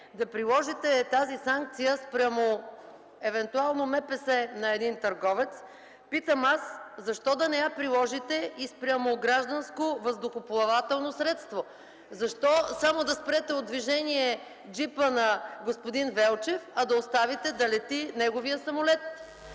да приложите тази санкция срещу евентуално МПС на търговец, питам: защо да не я приложите и срещу гражданско въздухоплавателно средство?! Защо само ще спрете от движение джипа на господин Велчев, а ще оставите да лети неговият самолет?!